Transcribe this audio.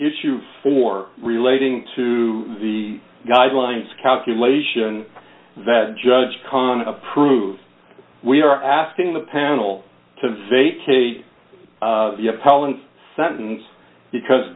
issue for relating to the guidelines calculation that judge conn approved we are asking the panel to vacate the appellant sentence because